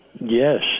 Yes